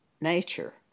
nature